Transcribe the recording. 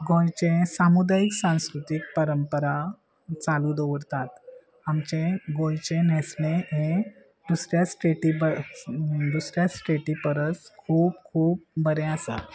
गोंयचें सामुदायीक सांस्कृतीक परंपरा चालू दवरतात आमचे गोंयचे न्हेसने हे दुसऱ्या स्टेटी दुसऱ्या स्टेटी परस खूब खूब बरें आसा